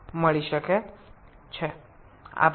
ধন্যবাদ